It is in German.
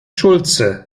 schulze